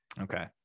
okay